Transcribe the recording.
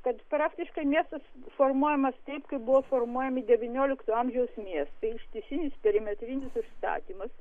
kad praktiškai miestas formuojamas taip kaip buvo formuojami devyniolikto amžiaus miestai ištisinis perimetrinis užstatymas